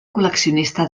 col·leccionista